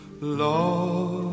Lord